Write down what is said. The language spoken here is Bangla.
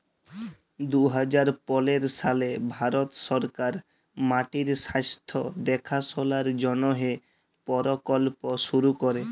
দু হাজার পলের সালে ভারত সরকার মাটির স্বাস্থ্য দ্যাখাশলার জ্যনহে পরকল্প শুরু ক্যরে